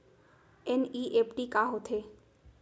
NEFT का होथे?